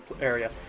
area